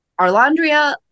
arlandria